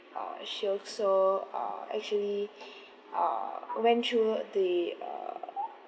uh she also uh actually uh went through the uh